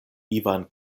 ivan